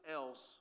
else